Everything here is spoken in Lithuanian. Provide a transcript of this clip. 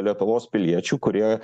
lietuvos piliečių kurie